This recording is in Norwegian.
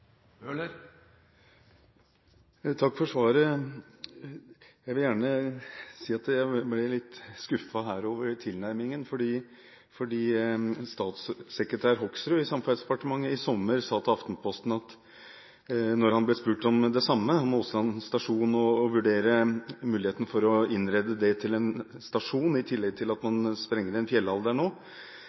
Takk for svaret. Jeg vil gjerne si at jeg ble litt skuffet over tilnærmingen, for statssekretær Hoksrud i Samferdselsdepartementet sa til Aftenposten i sommer, da han ble spurt om det samme – nemlig om Åsland stasjon og det å vurdere muligheten for å innrede det til en stasjon, i tillegg til at man sprenger ut en